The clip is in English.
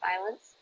violence